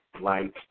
light